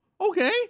Okay